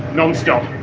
non-stop.